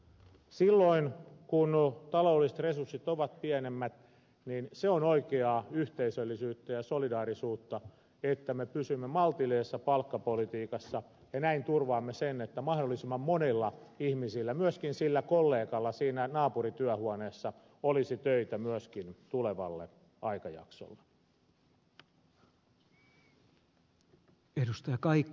silloin kun taloudelliset resurssit ovat pienemmät se on oikeaa yhteisöllisyyttä ja solidaarisuutta että me pysymme maltillisessa palkkapolitiikassa ja näin turvaamme sen että mahdollisimman monella ihmisellä myöskin sillä kollegalla siinä naapurityöhuoneessa olisi töitä myöskin tulevalle aikajaksolle